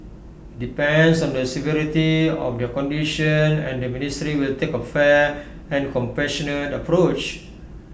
depends on the severity of their condition and the ministry will take A fair and compassionate approach